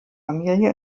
familie